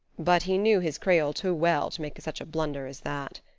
but he knew his creole too well to make such a blunder as that.